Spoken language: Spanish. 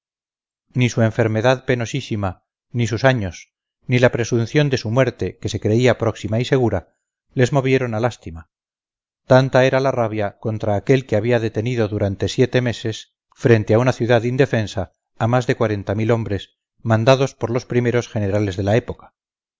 ni su enfermedad penosísima ni sus años ni la presunción de su muerte que se creía próxima y segura les movieron a lástima tanta era la rabia contra aquel que había detenido durante siete meses frente a una ciudad indefensa a más de cuarenta mil hombres mandados por los primeros generales de la época